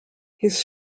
his